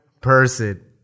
person